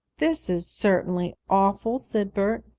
this is certainly awful, said bert.